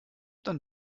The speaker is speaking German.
dann